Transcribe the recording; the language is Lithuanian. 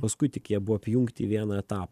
paskui tik jie buvo apjungti į vieną etapą